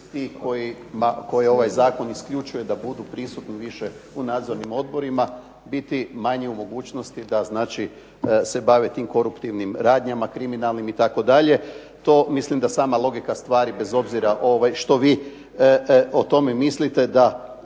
koje ovaj Zakon isključuje da budu prisutni više u nadzornim odborima biti manje u mogućnosti da se bave manje tim radnjama koruptivnim, kriminalnim itd, to mislim da sama logika stvari bez obzira što vi o tome mislite da